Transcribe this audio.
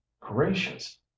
gracious